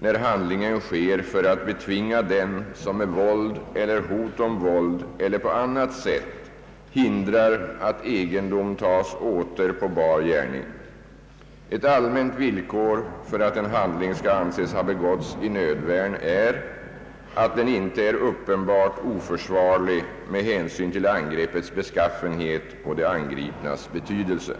när handlingen sker för att betvinga den som med våld eller hot om våld eller på annat sätt hindrar att egendom tas åter på bar gärning. Ett allmänt villkor för att en handling skall anses ha begåtts i nödvärn är att den inte är uppenbart oförsvarlig med hänsyn till angreppets beskaffenhet och det angripnas betydelse.